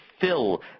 fill